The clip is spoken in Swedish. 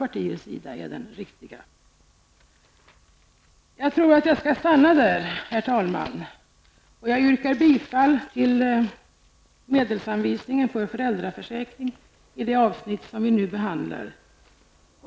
Jag stannar vid detta, och jag yrkar bifall till utskottets hemställan när det gäller medelsanvisningen för föräldraförsäkringen i det avsnitt som vi nu behandlar.